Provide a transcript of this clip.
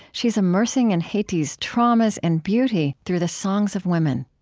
she's immersing in haiti's traumas and beauty through the songs of women